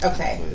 Okay